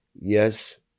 Yes